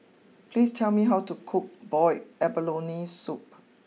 please tell me how to cook Boiled Abalone Soup